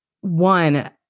one